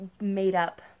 made-up